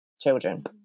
children